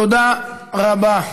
תודה רבה.